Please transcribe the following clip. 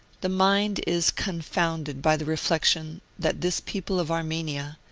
the mind is confounded by the reflection that this people of armenia,